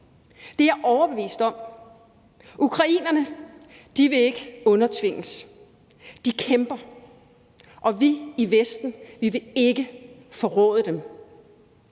det er jeg overbevist om. Ukrainerne vil ikke undertvinges. De kæmper. Og vi i Vesten vil ikke forråde dem.